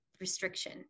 restriction